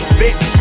bitch